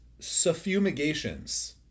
suffumigations